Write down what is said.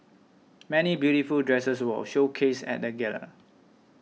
many beautiful dresses were showcased at the gala